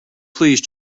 please